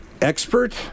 expert